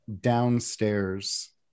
downstairs